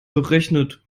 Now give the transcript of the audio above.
berechnet